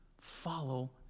follow